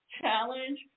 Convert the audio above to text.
challenge